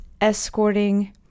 escorting